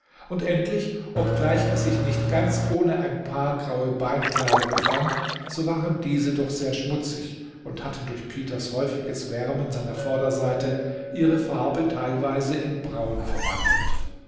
und endlich obgleich er sich nicht ganz ohne ein paar graue beinkleider befand so waren diese doch sehr schmutzig und hatten durch peters häufiges wärmen seiner vorderseite ihre farbe teilweise in braun verwandelt